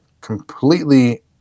completely